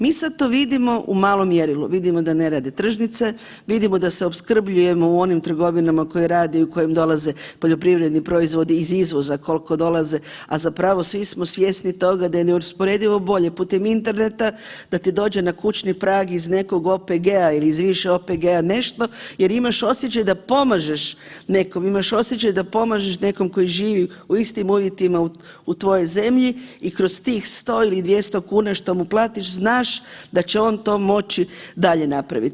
Mi sad to vidimo u malom mjerilu, vidimo da ne rade tržnice, vidimo da se opskrbljujemo u onim trgovina koje rade i u koje dolaze poljoprivredni proizvodi iz izvoza koliko dolaze, a zapravo svi smo svjesni toga da je neusporedivo bolje putem interneta da ti dođe na kućni prag iz nekog OPG-a ili iz više OPG-a jer imaš osjećaj da pomažeš nekom, imaš osjećaj da pomažeš nekom tko živi u istim uvjetima u tvojoj zemlji i kroz tih 100 ili 200 kuna što mu platiš znaš da će on to moći dalje napraviti.